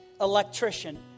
electrician